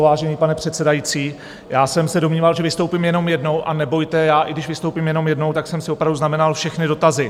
Vážený pane předsedající, já jsem se domníval, že vystoupím jenom jednou, a nebojte já, i když vystoupím jenom jednou, tak jsem si opravdu znamenal všechny dotazy.